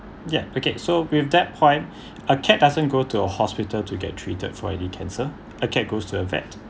yet okay so with that point a cat doesn't go to a hospital to get treated for any cancer a cat goes to a vet